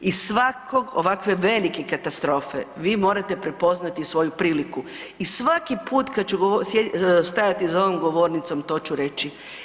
Iz svake ovakve velike katastrofe, vi morate prepoznati svoju priliku i svaki put kad ću stajati za ovom govornicom, to ću reći.